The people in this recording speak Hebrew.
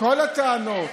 כל הטענות